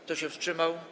Kto się wstrzymał?